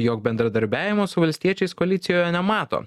jog bendradarbiavimo su valstiečiais koalicijoje nemato